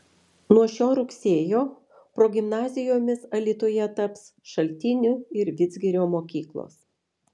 nuo šio rugsėjo progimnazijomis alytuje taps šaltinių ir vidzgirio mokyklos